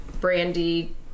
Brandy